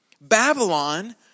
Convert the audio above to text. Babylon